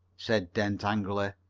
said dent angrily.